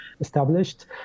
established